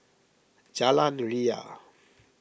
Jalan Ria